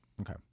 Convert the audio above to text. Okay